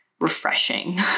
refreshing